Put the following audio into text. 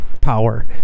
power